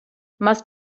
must